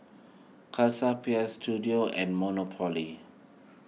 Chelsea Peers Istudio and Monopoly